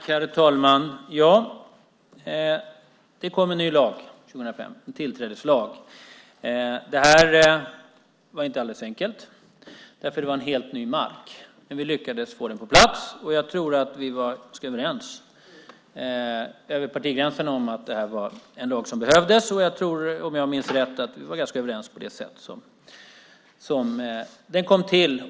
Herr talman! Ja - det kom en ny lag 2005, en tillträdeslag. Detta var inte alldeles enkelt, för det var helt ny mark. Men vi lyckades få lagen på plats, och jag tror att vi var ganska överens över partigränserna om att det här var en lag som behövdes. Jag tror också, om jag minns rätt, att vi var ganska överens om det sätt på vilket lagen kom till.